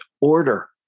order